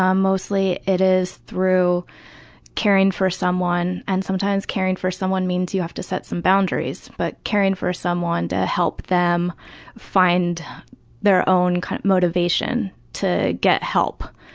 um mostly it is through caring for someone and sometimes caring for someone means you have to set some boundaries, but caring for someone to help them find their own kind of motivation to get help.